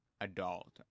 adult